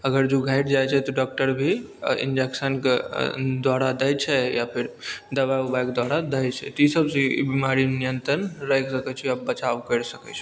अगर जँ उ घटि जाइ छै तऽ डॉक्टर भी इंजेक्शनके द्वारा दै छै या फिर दवाइ उबायके द्वारा दै छै तऽ ई सब चीज ई बीमारीमे नियन्त्रण रहि सकय छी आओर बचाव करि सकय छी